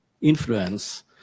influence